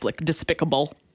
despicable